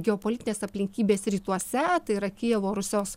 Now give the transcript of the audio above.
geopolitinės aplinkybės rytuose tai yra kijevo rusios